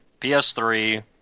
PS3